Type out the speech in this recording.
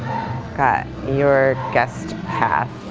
got your guest pass,